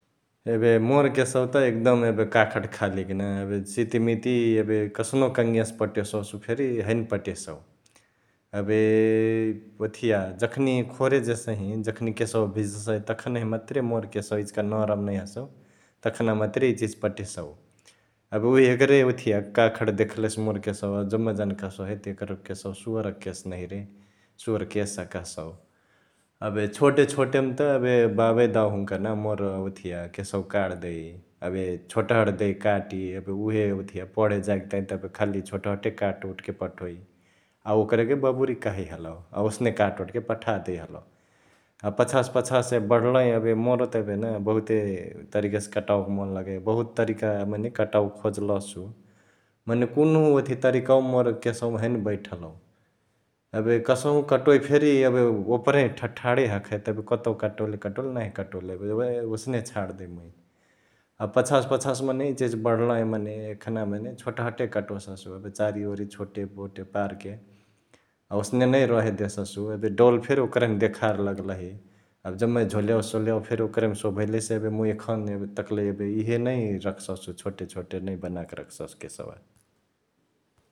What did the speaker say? एबे मोर केशवा त एकदम एबे काखट खालीक न एबे सितिमीती एबे कसनो कङियासे पटेससु फेरी हैने पटेसउ । एबे ओथिया जखनी खोरे जेसहि, जखनी केशवा भिजसई तखनी मतुरे मोर केशवा इचिका नरम नहिया हसउ, तखना मतुरे इचिहिच पटेसउ । एबे उ यगरे ओथिया कखाट देखलसे मोर केशवा जम्मा जना कहसउ हैत एकर केस्वा सुवरक केश नहिया रे, सुवरकेशा कहसउ । एबे छोटे छोटे मा त एबे बाबा दाव हुन्का ना मोर ओथिया केशवा काट देइ एबे छोटहोट देइ काटी । एबे उहे ओथिया पढे जाइक तंहिया त एबे खाली छोटहटे काट ओट के पठोई अ ओकरके बाबुरी कहई हलौ ओसने काटओट के पठा देई हलौ । अ पछासे पछासे बढल्ही एबे मोरो त एबे न बहुते तरिका से कटओके मन लगै, बहुत तरिका मने कटावे खोजलसु मने कुन्हु ओथिया तरिकावा मोर केशवामा हैने बैठलउ एबे कसहु कटोइ फेरी एबे ओपरै ठड्ठाड हखै त एबे कतौ कटोले कटोले नही कटोले एबे वे ओसने छाड देइ मुइ । अ पछासे पछासे मने इचिहिची बढलही मने एखना मने छोटहोटे कटोससु, एबे चरिओरी छोटेमोटे पारके अ ओसने नै रहे देससु । एबे डौल फेरी ओकरहिमा देखार लगलहि, एबे जम्मे झोलियासोलिया फेरी ओकरहिमा सोभईलहिसे मुइ एखन एबे तक्ले एबे इहे नै राखससु छोटे छोटे नै बनाके रखससु केशवा ।